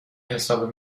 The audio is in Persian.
حساب